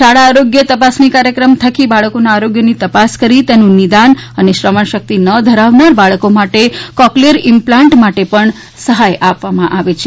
શાળા આરોગ્ય તપાસણી કાર્યક્રમ થકી બાળકોના આરોગ્યની તપાસ કરી તેનું નિદાન અને શ્રવણશક્તિ ન ધરાવનાર બાળકો માટે કોકલીયર ઇમ્પ્લાન્ટ માટે પણ સહાય આપવામાં આવે છે